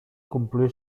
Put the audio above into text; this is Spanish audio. cumplió